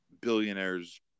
billionaires